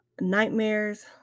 nightmares